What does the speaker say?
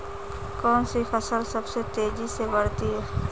कौनसी फसल सबसे तेज़ी से बढ़ती है?